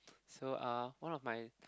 so uh one of my